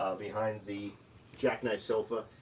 ah behind the jack knife sofa,